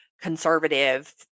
conservative